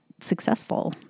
successful